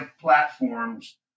platforms